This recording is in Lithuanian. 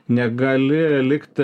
negali likti